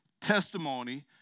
testimony